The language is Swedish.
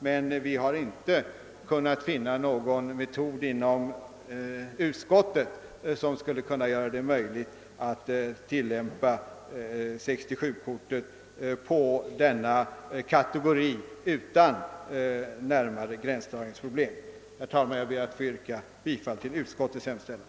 Men vi har inte kunnat finna någon metod som skulle möjliggöra användan det av 67-kortet för denna kategori utan närmare gränsdragning. Herr talman! Jag ber att få yrka bifall till utskottets hemställan.